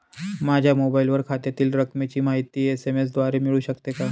माझ्या मोबाईलवर खात्यातील रकमेची माहिती एस.एम.एस द्वारे मिळू शकते का?